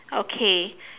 okay